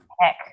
heck